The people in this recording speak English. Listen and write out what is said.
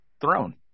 throne